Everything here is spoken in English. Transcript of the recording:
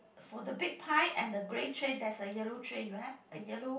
for the big pie and the grey tray there's a yellow tray you have a yellow